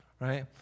right